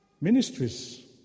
ministries